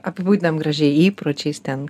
apibūdinam gražiai įpročiais ten